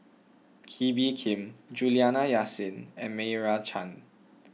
Kee Bee Khim Juliana Yasin and Meira Chand